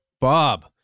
Bob